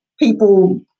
People